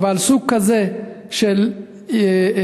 אבל סוג כזה של מקרה,